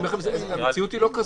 אני אומר לכם שהמציאות היא לא כזאת.